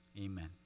Amen